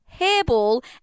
hairball